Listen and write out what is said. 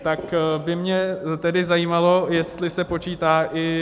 Tak by mě tedy zajímalo, jestli se počítá i...